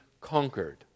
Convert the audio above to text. conquered